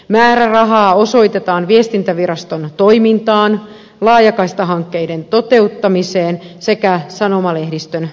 määrärahaa osoitetaan viestintäviraston toimintaan laajakaistahankkeiden toteuttamiseen sekä sanomalehdistön tukemiseen